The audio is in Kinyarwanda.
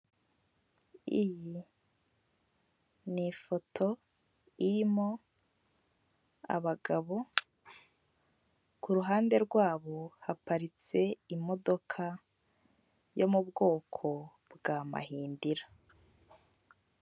Iyi ni ifoto irimo abagabo, kuruhande rwabo haparitse imodoka yo mu bwoko bwa mahindira.